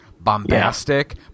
bombastic